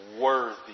worthy